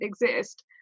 exist